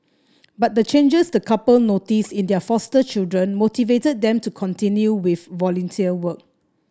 but the changes the couple noticed in their foster children motivated them to continue with volunteer work